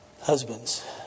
husbands